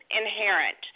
inherent